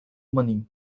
money